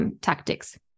tactics